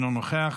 אינו נוכח,